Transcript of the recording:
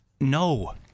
No